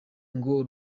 ngo